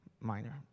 Minor